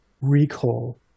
recall